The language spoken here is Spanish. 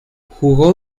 jugó